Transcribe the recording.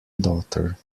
daughter